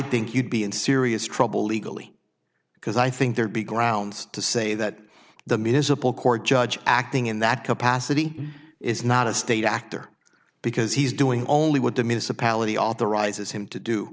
think you'd be in serious trouble legally because i think there'd be grounds to say that the municipal court judge acting in that capacity is not a state actor because he's doing only what demeans a pallet he authorizes him to do